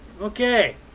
Okay